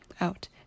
out